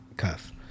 cuff